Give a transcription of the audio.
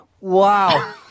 Wow